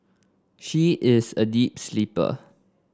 she is a deep sleeper